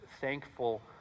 thankful